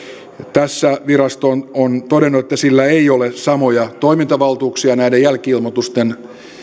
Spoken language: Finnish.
tässä virasto on todennut että sillä ei ole samoja toimintavaltuuksia näiden jälki ilmoitusten